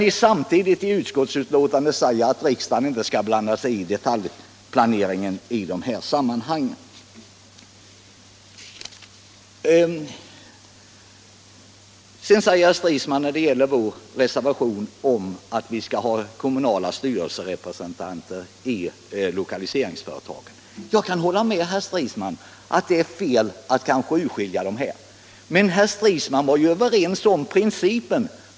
I utskottsbetänkandet säger ni ju samtidigt att riksdagen inte skall blanda sig i detaljplaneringen i det här sammanhanget. Så till vår reservation till förmån för kommunala styre!serepresentanter i lokaliseringsföretag. Jag kan hålla med herr Stridsman om att det kanske är fel att skilja ut just dem. Men herr Stridsman tillstyrkte principen.